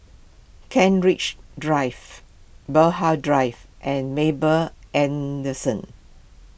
Kent Ridge Drive Drive and